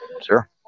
sure